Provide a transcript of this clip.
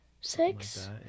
six